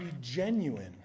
genuine